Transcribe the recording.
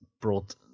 brought